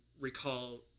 recall